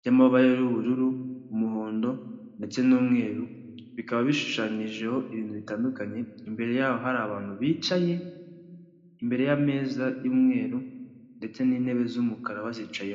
by'amabara y'ubururu, umuhondo ndetse n'umweru bikaba bishushanyijeho ibintu bitandukanye imbere yaho hari abantu bicaye imbere y'ameza y'umweru ndetse n'intebe z'umukara bazicayemo.